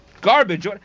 garbage